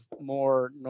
more